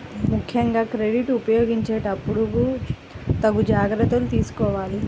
ముక్కెంగా క్రెడిట్ ఉపయోగించేటప్పుడు తగు జాగర్తలు తీసుకోవాలి